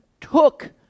took